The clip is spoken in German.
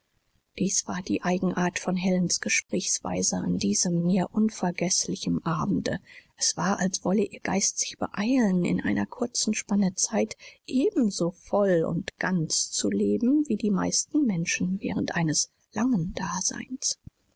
dies war die eigenart von helens gesprächsweise an diesem mir unvergeßlichem abende es war als wolle ihr geist sich beeilen in einer kurzen spanne zeit ebenso voll und ganz zu leben wie die meisten menschen während eines langen daseins